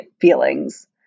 feelings